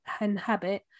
inhabit